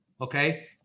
okay